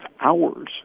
hours